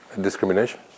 Discrimination